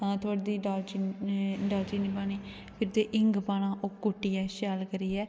ऐं थोह्ड़ी जेही दाल चीनी पानी फिर हिंग पाना कुट्टियै शैल करियै